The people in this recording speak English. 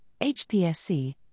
HPSC